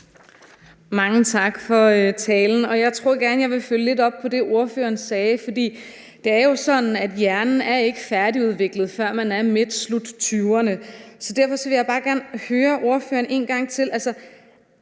Mange tak for talen. Jeg tror gerne, jeg vil følge lidt op på det, ordføreren sagde, for det er jo sådan, at hjernen ikke er færdigudviklet, før man er i midten eller slutningen af tyverne. Så derfor vil jeg bare gerne høre ordføreren en gang til: